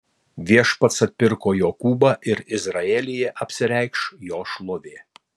viešpats atpirko jokūbą ir izraelyje apsireikš jo šlovė